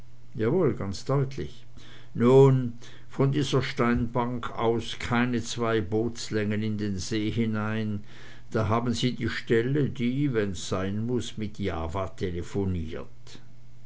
jawohl ganz deutlich nun von der steinbank aus keine zwei bootslängen in den see hinein da haben sie die stelle die wenn's sein muß mit java telephoniert